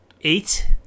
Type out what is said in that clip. eight